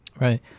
Right